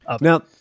Now